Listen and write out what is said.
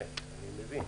כן, אני מבין.